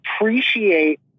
appreciate